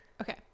Okay